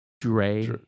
Dre